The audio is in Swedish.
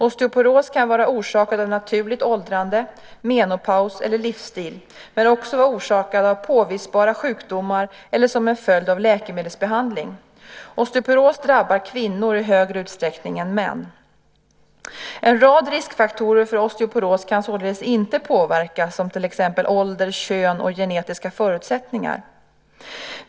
Osteoporos kan vara orsakad av naturligt åldrande, menopaus eller livsstil, men också vara orsakad av påvisbara sjukdomar eller vara en följd av läkemedelsbehandling. Osteoporos drabbar kvinnor i större utsträckning än män. En rad riskfaktorer för osteoporos kan således inte påverkas, som till exempel ålder, kön och genetiska förutsättningar.